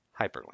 Hyperlink